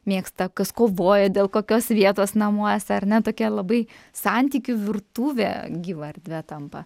mėgsta kas kovoja dėl kokios vietos namuose ar ne tokia labai santykių virtuvė gyva erdve tampa